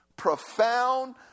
profound